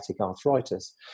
arthritis